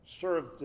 served